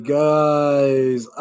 guys